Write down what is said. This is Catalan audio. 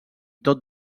tot